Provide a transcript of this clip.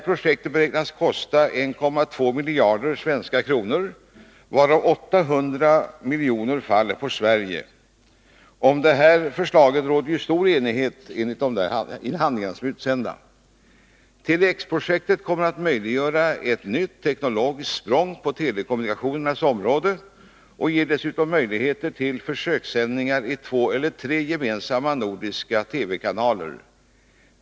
Projektet beräknas kosta 1,2 miljarder svenska kronor, varav det ankommer på Sverige att stå för 800 milj.kr. Om detta förslag råder det stor enighet enligt utsända handlingar. Tele-X-projektet kommer att möjliggöra ett nytt teknologiskt språng på telekommunikationernas område, och det ger dessutom möjligheter till försökssändningar i två eller tre gemensamma nordiska TV-kanaler.